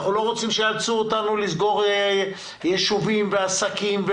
אנחנו לא רוצים שייאלצו אותנו לסגור יישובים ועסקים.